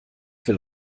will